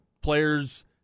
players